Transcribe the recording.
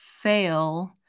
fail